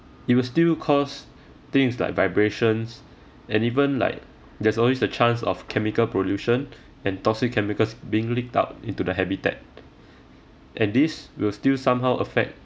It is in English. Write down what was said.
it will still cause things like vibrations and even like there's always the chance of chemical pollution and toxic chemicals being leaked out into the habitat and these will still somehow affect